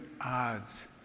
odds